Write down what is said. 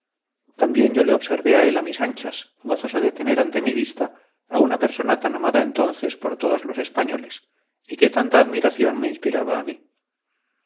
también yo le observé a él a mis anchas gozoso de tener ante mi vista a una persona tan amada entonces por todos los españoles y que tanta admiración me inspiraba a mí